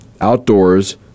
outdoors